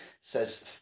says